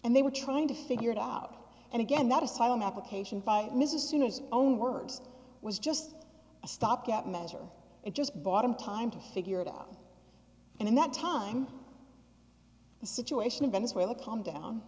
and they were trying to figure it out and again that asylum application by mr sooners own words was just a stopgap measure it just bought him time to figure it out and in that time the situation in venezuela calmed down